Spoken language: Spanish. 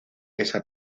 esa